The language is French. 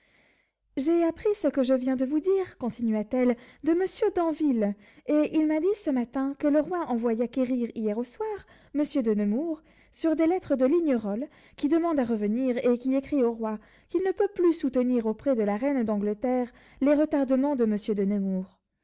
j'ai appris ce que je viens de vous dire continua-t-elle de monsieur d'anville et il m'a dit ce matin que le roi envoya quérir hier au soir monsieur de nemours sur des lettres de lignerolles qui demande à revenir et qui écrit au roi qu'il ne peut plus soutenir auprès de la reine d'angleterre les retardements de monsieur de nemours